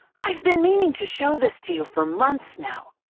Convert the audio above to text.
i've been meaning to show this to you for months now.